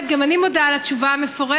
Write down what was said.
באמת גם אני מודה על התשובה המפורטת,